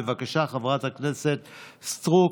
בבקשה, חברת הכנסת סטרוק,